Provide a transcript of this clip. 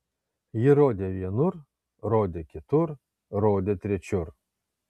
ji rodė vienur rodė kitur rodė trečiur